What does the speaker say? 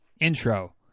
intro